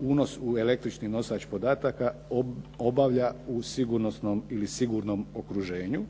unos u električni nosač podataka obavlja u sigurnosnom ili sigurnom okruženju